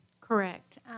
Correct